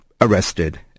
arrested